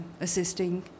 assisting